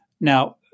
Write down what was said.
Now